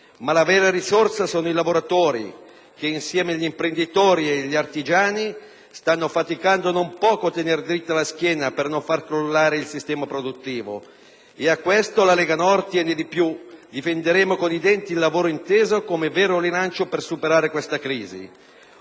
La vera risorsa sono i lavoratori che, insieme agli imprenditori e agli artigiani, stanno faticando non poco a tenere dritta la schiena per non far crollare il sistema produttivo e a questo la Lega Nord tiene molto: difenderemo con i denti il lavoro inteso come vero rilancio per superare questa crisi.